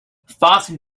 fasten